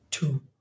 Two